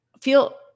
feel